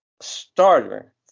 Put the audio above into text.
starter